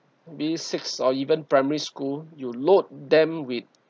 b six or even primary school you load them with